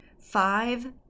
five